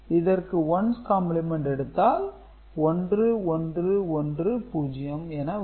இதற்கு ones complement எடுத்தால் 1110 என வரும்